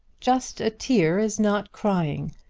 just a tear is not crying.